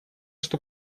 что